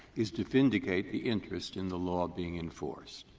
is to vindicate the interest in the law being enforced.